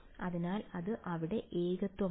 അതിനാൽ ഇത് അവിടെ ഏകത്വമാണ്